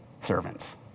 servants